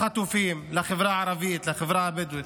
לחטופים, לחברה הערבית, לחברה הבדואית.